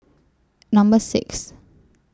Number six